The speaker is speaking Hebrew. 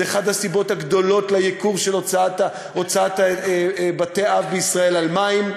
זו אחת הסיבות הגדולות לגידול בהוצאה של בתי-אב בישראל על מים,